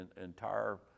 entire